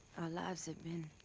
our lives have been.